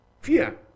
fear